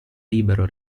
libero